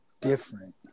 different